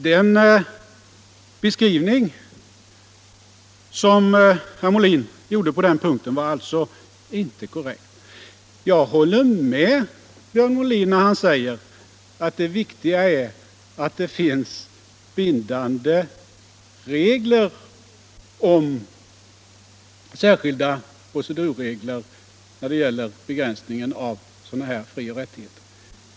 Den beskrivning som herr Molin gjorde på den punkten var alltså inte korrekt. Jag håller med Björn Molin när han säger att det viktiga är att det finns bindande regler om särskild procedurordning då det gäller begränsningen av frioch rättigheter.